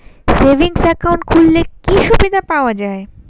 Savings account খুললে কি সুবিধা পাওয়া যায়?